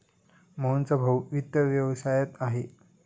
मोहनचा भाऊ वित्त व्यवसायात आहे